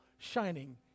Shining